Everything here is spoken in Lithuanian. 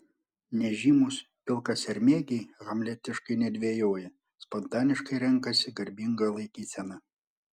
nežymūs pilkasermėgiai hamletiškai nedvejoja spontaniškai renkasi garbingą laikyseną